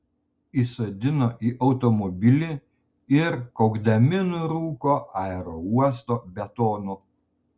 įsodino į automobilį ir kaukdami nurūko aerouosto betonu